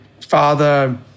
father